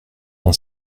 d’un